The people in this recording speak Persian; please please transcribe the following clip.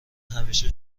همیشه